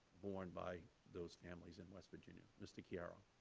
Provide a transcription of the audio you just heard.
borne by those families in west virginia? mr. chiaro.